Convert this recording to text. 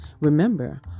Remember